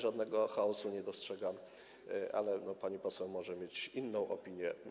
Żadnego chaosu tutaj nie dostrzegam, ale pani poseł może mieć inną opinię.